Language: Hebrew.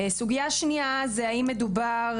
סוגייה שנייה זה האם מדובר,